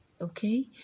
okay